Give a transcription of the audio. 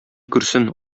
күрсен